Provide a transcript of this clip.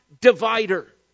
divider